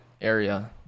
area